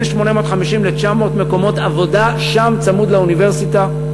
בין 850 ל-900 מקומות עבודה שם, צמוד לאוניברסיטה.